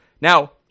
Now